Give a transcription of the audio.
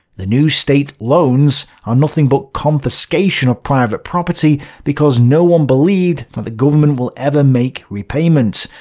the new state loans are nothing but confiscation of private property, because no one believed that the government will ever make repayment,